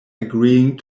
agreeing